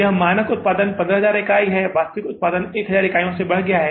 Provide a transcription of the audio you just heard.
यह मानक उत्पादन 15000 इकाई है वास्तविक उत्पादन 1000 इकाइयों द्वारा बढ़ाया जाता है